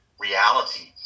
reality